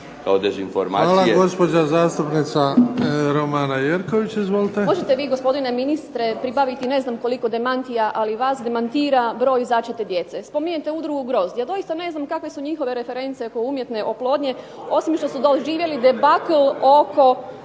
je gospođa zastupnica Romana Jerković,